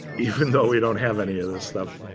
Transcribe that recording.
even though we don't have any other stuff,